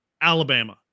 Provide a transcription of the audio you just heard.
Alabama